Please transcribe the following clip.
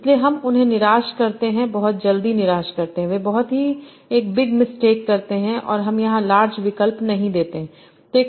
इसलिए हम उन्हें निराश करते हैं बहुत जल्दी निराश करते हैं वे जल्द ही एक बिग मिस्टेक बड़ी गलती करते हैं और हम यहां लार्ज विकल्प नहीं देंगे